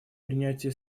принятия